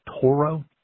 Toro